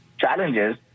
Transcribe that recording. challenges